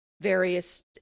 various